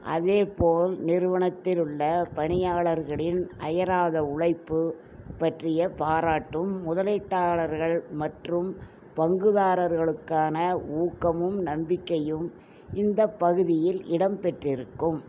அதேபோல் நிறுவனத்தில் உள்ள பணியாளர்களின் அயராத உழைப்பு பற்றிய பாராட்டும் முதலீட்டாளர்கள் மற்றும் பங்குதாரர்களுக்கான ஊக்கமும் நம்பிக்கையும் இந்தப் பகுதியில் இடம்பெற்றிருக்கும்